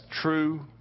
true